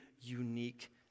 unique